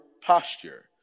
posture